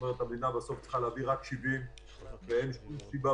כך שהמדינה צריכה להביא רק 70. אין שום סיבה